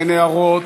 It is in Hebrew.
אין הערות.